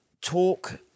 talk